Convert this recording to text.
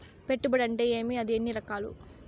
పెట్టుబడి అంటే ఏమి అది ఎన్ని రకాలు